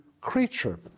creature